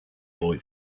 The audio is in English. boy